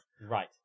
Right